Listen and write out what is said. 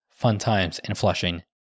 funtimesinflushing